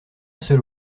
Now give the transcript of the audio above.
seul